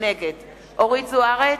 נגד אורית זוארץ,